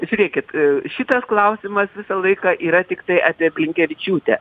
žiūrėkit šitas klausimas visą laiką yra tiktai apie blinkevičiūtę